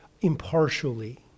impartially